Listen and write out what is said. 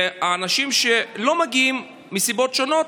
ואנשים שלא מגיעים לזה מסיבות שונות